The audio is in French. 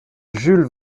jules